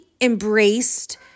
embraced